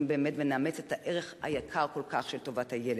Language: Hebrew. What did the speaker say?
באמת ונאמץ את הערך היקר כל כך של טובת הילד.